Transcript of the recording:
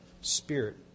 spirit